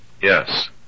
Yes